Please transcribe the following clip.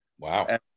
Wow